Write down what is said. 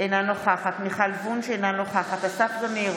אינה נוכחת מיכל וונש, אינה נוכחת אסף זמיר,